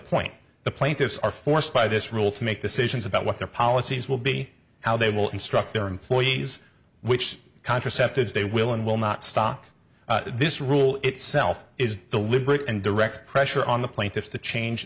point the plaintiffs are forced by this rule to make decisions about what their policies will be how they will instruct their employees which contraceptives they will and will not stop this rule itself is the liberal and direct pressure on the plaintiffs to change